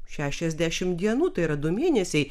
šešiasdešimt dienų tai yra du mėnesiai